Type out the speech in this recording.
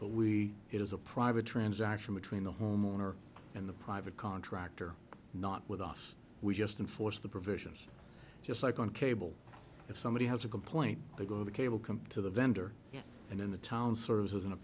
but we it is a private transaction between the homeowner and the private contractor not with us we just enforce the provisions just like on cable if somebody has a complaint they go to the cable come to the vendor and in the town serves a